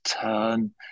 turn